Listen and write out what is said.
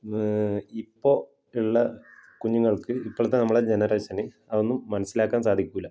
ഇപ്പോഴുള്ള കുഞ്ഞുങ്ങൾക്ക് ഇപ്പോഴത്തെ നമ്മുടെ ജനറേഷന് അതൊന്നും മനസ്സിലാക്കാൻ സാധിക്കില്ല